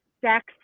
sex